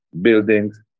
buildings